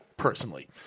Personally